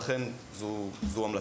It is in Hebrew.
לכן זו המלצתי.